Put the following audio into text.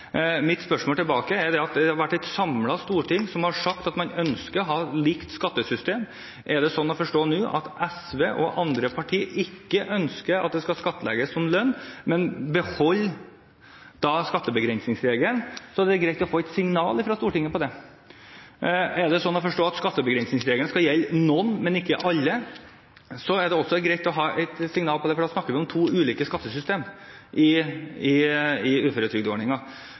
har sagt at man ønsker å ha likt skattesystem. Er det sånn å forstå nå at SV og andre partier ikke ønsker at dette skal skattlegges som lønn, men beholde skattebegrensingsregelen? Det er greit å få et signal på dette fra Stortinget. Er det sånn å forstå at skattebegrensningsregelen skal gjelde for noen, men ikke for alle? Det er greit å få et signal på det også, for da snakker vi om to ulike skattesystemer i